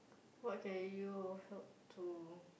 what can you help to